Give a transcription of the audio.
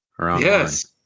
Yes